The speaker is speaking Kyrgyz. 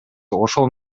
ошол